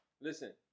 Listen